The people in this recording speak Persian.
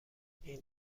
این